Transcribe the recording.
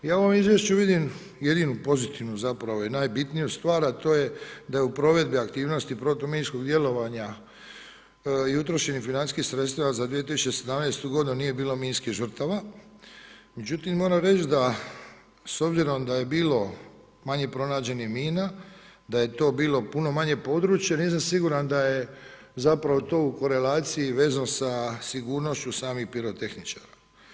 Ja u ovom izvješću vidim jedinu pozitivnu zapravo i najbitniju stvar a to je da je u provedbi aktivnosti protuminskog djelovanja i utrošenim financijskim sredstvima za 2017. g. nije bilo minskih žrtava, međutim moram reći da s obzirom da je bilo manje pronađenih mina, da je to bilo puno manje područja, nisam siguran da je to zapravo u korelaciji vezano sa sigurnošću samih pirotehničara.